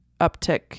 uptick